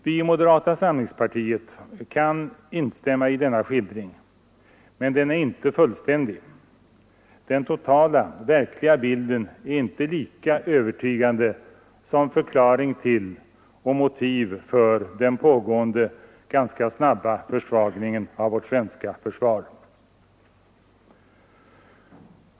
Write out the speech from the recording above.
Vi i moderata samlingspartiet kan instämma i denna skildring, men den är inte fullständig. Den totala, verkliga bilden är inte lika övertygande som förklaring till och motiv för den pågående och ganska snabba försvagningen av vårt svenska försvar.